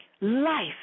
Life